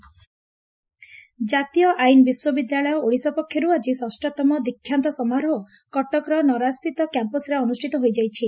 NLU ଜାତୀୟ ଆଇନ୍ ବିଶ୍ୱବିଦ୍ୟାଳୟ ଓଡ଼ିଶା ପକ୍ଷରୁ ଆଜି ଷଷତମ ଦୀକ୍ଷାନ୍ତ ସମାରୋହ କଟକର ନରାଜସ୍ରିତ କ୍ୟାମ୍ପସରେ ଅନୁଷ୍ଷିତ ହୋଇଯାଇଛି